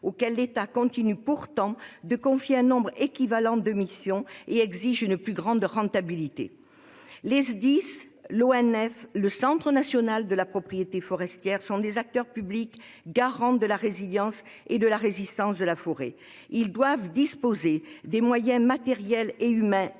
auxquels l'État continue pourtant de confier un nombre équivalent de missions et dont il exige une plus grande rentabilité. Les Sdis, l'ONF, le CNPF sont des acteurs publics garants de la résilience et de la résistance de la forêt. Ils doivent disposer des moyens matériels et humains